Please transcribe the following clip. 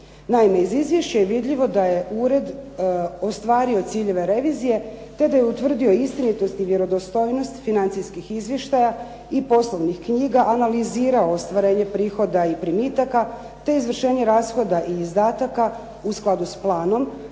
Naime, iz izvješća je vidljivo da je ured ostvario ciljeve revizije te da je utvrdio istinitost i vjerodostojnost financijskih izvještaja i poslovnih knjiga, analizirao ostvarenje prihoda i primitaka te izvršenje rashoda i izdataka u skladu s planom,